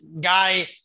guy